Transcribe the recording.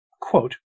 Quote